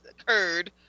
occurred